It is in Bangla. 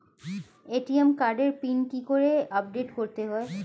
এ.টি.এম কার্ডের পিন কি করে আপডেট করতে হয়?